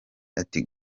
ati